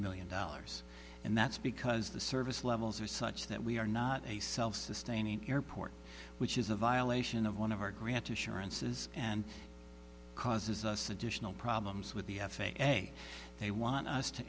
million dollars and that's because the service levels are such that we are not a self sustaining airport which is a violation of one of our grant to surance is and causes us additional problems with the f a a they want us to